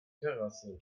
terrasse